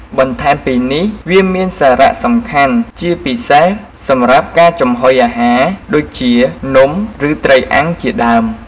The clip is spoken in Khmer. បន្ថែមពីនេះ វាមានសារៈសំខាន់ជាពិសេសសម្រាប់ការចំហុយអាហារ ដូចជា នំ ឬត្រីអាំងជាដើម។